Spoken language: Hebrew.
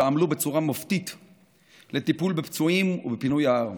שעמלו בצורה מופתית על הטיפול בפצועים ופינוי ההר,